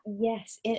yes